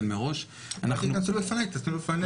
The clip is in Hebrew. אל תתנצל בפניי, תתנצל בפניה.